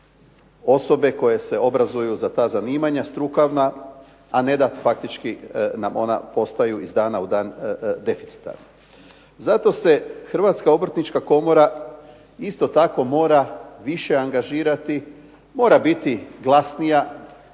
osobe koje se obrazuju za ta zanimanja strukovna, a ne da nam faktički ona postaju iz dana u dan deficitarna. Zato se Hrvatska obrtnička komora isto tako mora više angažirati, mora biti glasnija